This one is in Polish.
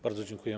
Bardzo dziękuję.